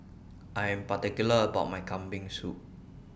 I Am particular about My Kambing Soup